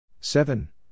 seven